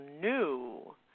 new